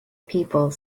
people